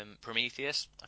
Prometheus